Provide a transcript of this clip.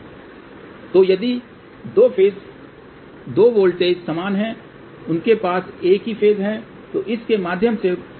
तो यदि 2 वोल्टेज समान हैं और उनके पास एक ही फ़ेज है तो इस के माध्यम से बहने वाली करंट क्या होगी